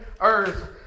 earth